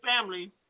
family